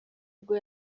ubwo